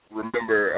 remember